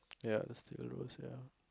ya the steel rose ya